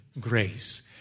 grace